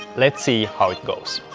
let's see how it goes.